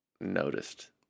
noticed